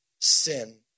sin